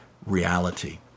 reality